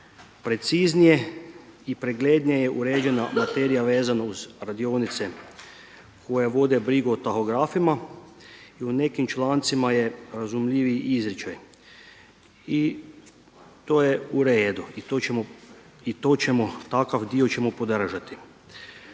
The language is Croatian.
Preciznije i preglednije je uređena materijala vezano uz radionice koje vode brigu o tahografima i u nekim člancima je razumljiviji izričaj. I to je u redu i to ćemo, takav dio ćemo podržati.